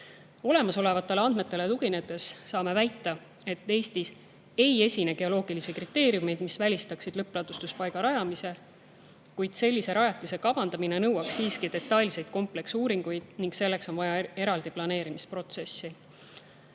Olemasolevatele andmetele tuginedes saame väita, et Eestis ei esine geoloogilisi kriteeriumeid, mis välistaksid lõppladustuspaiga rajamise, kuid sellise rajatise kavandamine nõuaks siiski detailseid kompleksuuringuid ning selleks on vaja eraldi planeerimisprotsessi.